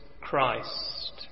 Christ